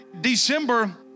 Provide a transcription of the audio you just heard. December